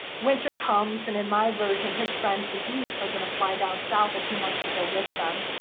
winter comes, and in my version, his friends the geese are going to fly down south, and he wants to go with them.